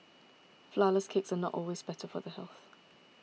Flourless Cakes are not always better for the health